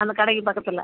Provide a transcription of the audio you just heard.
அந்த கடைக்கு பக்கத்தில்